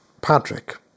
Patrick